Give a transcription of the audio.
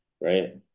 right